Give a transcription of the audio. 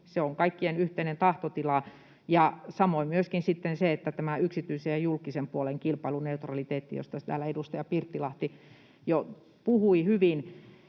Se on kaikkien yhteinen tahtotila ja samoin myöskin sitten se yksityisen ja julkisen puolen kilpailuneutraliteetti, josta täällä edustaja Pirttilahti jo puhui hyvin.